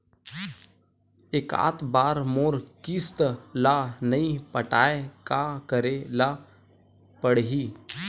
एकात बार मोर किस्त ला नई पटाय का करे ला पड़ही?